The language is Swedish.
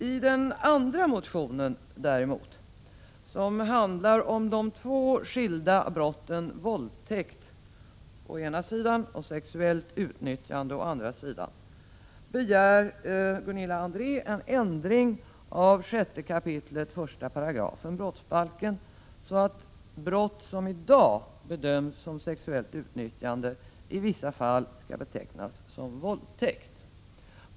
I den andra motionen däremot, som handlar om de två skilda brotten våldtäkt å ena sidan och sexuellt utnyttjande å andra sidan, begär Gunilla André en ändring av 6 kap. 1 § brottsbalken så att brott som i dag bedöms som sexuellt utnyttjande, i vissa fall skall betecknas som våldtäkt.